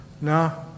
No